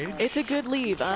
it's a good lead.